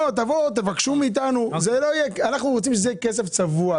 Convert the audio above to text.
אנחנו רוצים שזה יהיה כסף צבוע,